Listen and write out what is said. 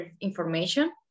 information